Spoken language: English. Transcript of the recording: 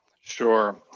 Sure